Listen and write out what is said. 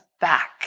back